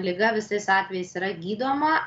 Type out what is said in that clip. liga visais atvejais yra gydoma